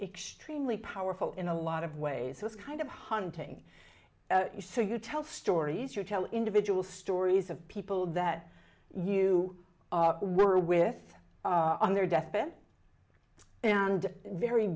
extremely powerful in a lot of ways this kind of hunting you so you tell stories you tell individual stories of people that you were with on their deathbed and very